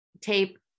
tape